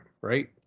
right